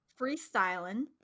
Freestyling